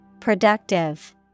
Productive